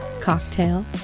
cocktail